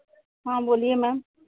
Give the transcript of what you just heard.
हाँ बोलिए मैम